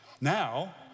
Now